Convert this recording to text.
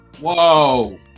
Whoa